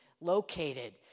located